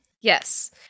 Yes